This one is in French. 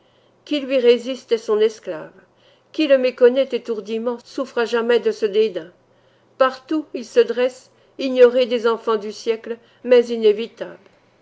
qui lui résiste est son esclave qui le méconnaît étourdiment souffre à jamais de ce dédain partout il se dresse ignoré des enfants du siècle mais inévitable